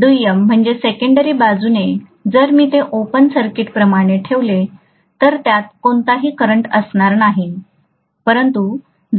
दुय्यम बाजूने जर मी ते ओपन सर्किटप्रमाणे ठेवले तर त्यात कोणताही करंट असणार नाही परंतु